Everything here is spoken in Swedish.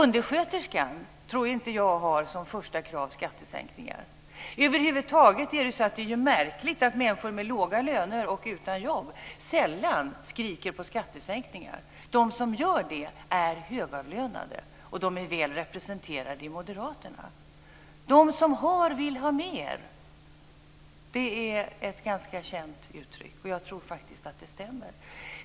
Jag tror inte att undersköterskan har skattesänkningar som första krav. Det är över huvud taget märkligt att människor med låga löner och utan jobb sällan skriker på skattesänkningar. De som gör det är högavlönade, och de är väl representerade i Moderaterna. De som har vill ha mer - det är ett ganska känt uttryck, och jag tror att det stämmer.